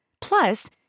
Plus